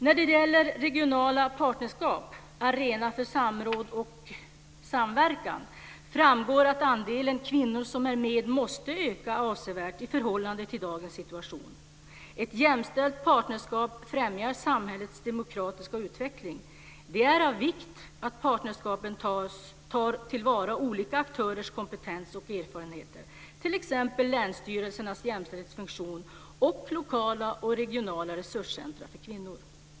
· När det gäller regionala partnerskap, arena för samverkan och samråd, framgår att andelen kvinnor som är med måste öka avsevärt i förhållande till dagens situation. Ett jämställt partnerskap främjar samhällets demokratiska utveckling. Det är av vikt att partnerskapen tar till vara olika aktörers kompetens och erfarenheter, t.ex. länsstyrelsernas jämställdhetsfunktion och lokala och regionala resurscentrum för kvinnor.